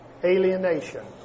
Alienation